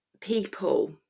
people